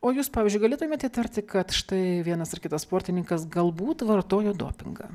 o jūs pavyzdžiui galėtumėt įtarti kad štai vienas ar kitas sportininkas galbūt vartojo dopingą